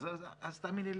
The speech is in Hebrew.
אז תאמיני לי,